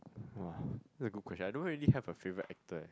!wah! that's a good question I don't really have a favourite actor eh